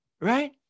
Right